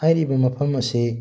ꯍꯥꯏꯔꯤꯕ ꯃꯐꯝ ꯑꯁꯤ